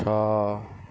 ଛଅ